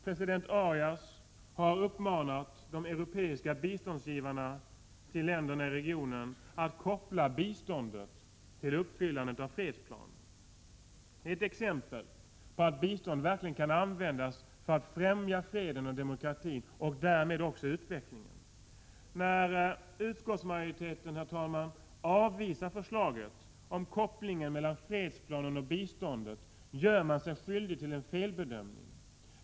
President Arias har uppmanat de europeiska biståndsgivarna till länderna i regionen att koppla biståndet till uppfyllandet av fredsplanen. Det är ett exempel på att bistånd verkligen kan användas för att främja freden och demokratin och därmed också utvecklingen. Herr talman! När utskottsmajoriteten avvisar förslaget om kopplingen mellan fredsplanen och biståndet gör den sig skyldig till en felbedömning.